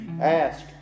ask